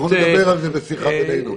בוא ונדבר על זה בשיחה בינינו,